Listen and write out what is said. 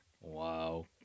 wow